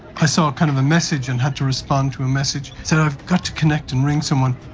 i saw a kind of a message and had to respond to a message, so i've got to connect and ring someone.